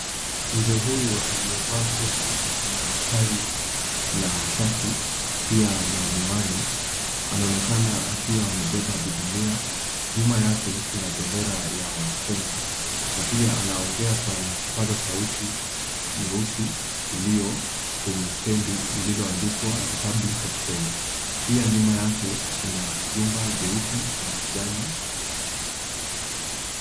Mzee huyu aliyevaa koti na tai na shati pia ana miwani anaonekana akiwa amebeba Bibilia. Nyuma yake kuna bendera ya Kenya na pia anaongea kwenye kipaza sauti nyeusi iliyo kwenye stendi lililoandikwa Republic of Kenya. Pia nyuma yake kuna jumba jeupe na majani.